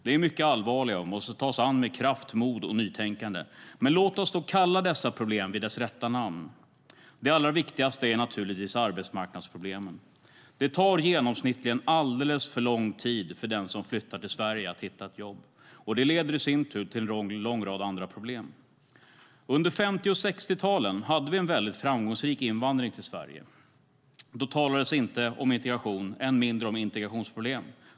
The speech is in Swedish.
De är mycket allvarliga och måste tas an med kraft, mod och nytänkande. Men låt oss kalla dessa problem vid dess rätta namn. Det allra viktigaste är naturligtvis arbetsmarknadsproblemen. Det tar genomsnittligt alldeles för lång tid för den som flyttar till Sverige att hitta ett jobb, och det leder i sin tur till en lång rad andra problem. Under 50 och 60-talen hade vi en väldigt framgångsrik invandring till Sverige. Det talades inte om integration, än mindre om integrationsproblem.